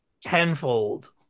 tenfold